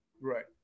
Right